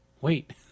Wait